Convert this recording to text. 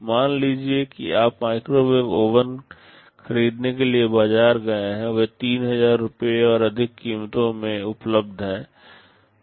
मान लीजिए कि आप माइक्रोवेव ओवन खरीदने के लिए बाजार गए हैं वे 3000 रुपये और अधिक कीमतों मे उपलब्ध हैं